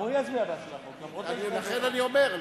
גם הוא יצביע בעד החוק, למרות, לכן אני אומר.